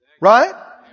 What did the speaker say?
Right